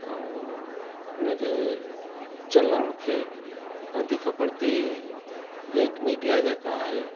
ऐं हुन जे चलनि खे वधीक परिती प्रिंट मीडिया जेका आहे